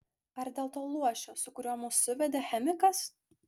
ar dėl to luošio su kuriuo mus suvedė chemikas